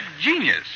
genius